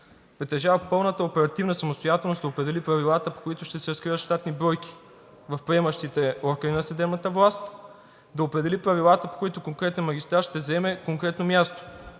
притежава пълната оперативна самостоятелност да определи правилата, по които ще се разкриват щатни бройки в приемащите органи на съдебната власт, да определи правилата, по които конкретен магистрат ще заеме конкретно място.